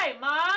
Mom